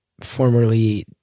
formerly